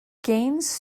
gains